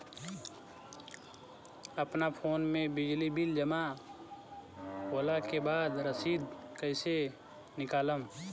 अपना फोन मे बिजली बिल जमा होला के बाद रसीद कैसे निकालम?